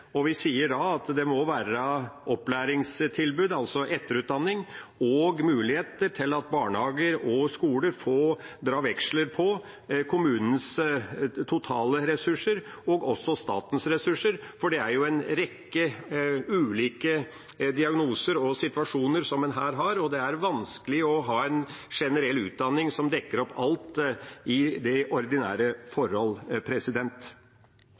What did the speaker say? og vi sier da at det må være opplæringstilbud, altså etterutdanning, og mulighet til at barnehager og skoler får dra veksler på kommunens totale ressurser og også statens ressurser. Det er jo en rekke ulike diagnoser og situasjoner en her har, og det er vanskelig å ha en generell utdanning som dekker opp alt i det ordinære